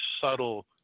subtle